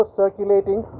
circulating